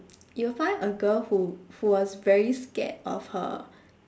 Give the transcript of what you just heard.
you will find a girl who who was very scared of her